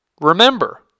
Remember